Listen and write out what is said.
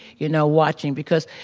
you know, watching. because,